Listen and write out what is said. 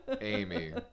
Amy